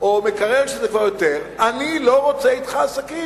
או מקרר, שזה כבר יותר, אני לא רוצה אתך עסקים.